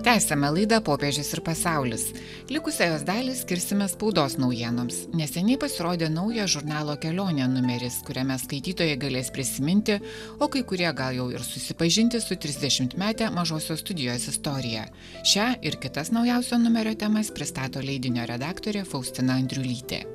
tęsiame laidą popiežius ir pasaulis likusią jos dalį skirsime spaudos naujienoms neseniai pasirodė nauja žurnalo kelionė numeris kuriame skaitytojai galės prisiminti o kai kurie gal jau ir susipažinti su trisdešimtmete mažosios studijos istorija šią ir kitas naujausio numerio temas pristato leidinio redaktorė faustina andriulytė